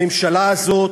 הממשלה הזאת,